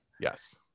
Yes